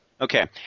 Okay